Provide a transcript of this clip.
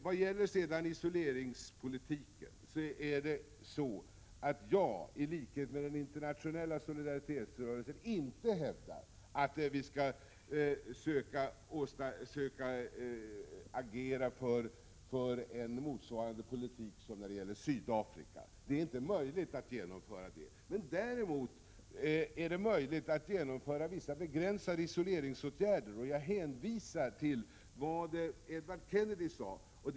Beträffande isoleringspolitiken vill jag framhålla att jag, i likhet med företrädare för den internationella solidaritetsrörelsen, inte hävdar att vi skall söka agera för en politik motsvarande den som gäller Sydafrika. Det är inte möjligt att genomföra någonting sådant. Däremot är det möjligt att genomföra vissa begränsade isoleringsåtgärder. Jag hänvisar till vad Edward Kennedy har sagt.